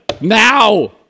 Now